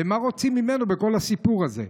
ומה רוצים ממנו בכל הסיפור הזה.